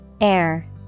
Air